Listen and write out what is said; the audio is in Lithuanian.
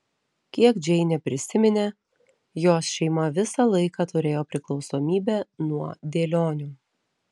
kiek džeinė prisiminė jos šeima visą laiką turėjo priklausomybę nuo dėlionių